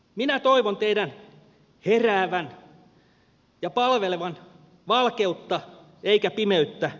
minä toivon teidän heräävän ja palvelevan valkeutta eikä pimeyttä